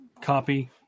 copy